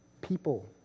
people